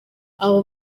abo